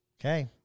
Okay